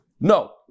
No